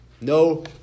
no